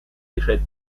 решает